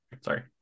Sorry